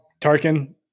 Tarkin